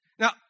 Now